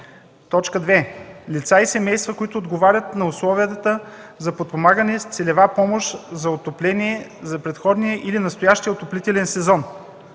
2. лица и семейства, които отговарят на условията за подпомагане с целева помощ за отопление за предходния или настоящия отоплителен сезон;